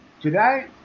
Today